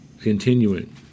Continuing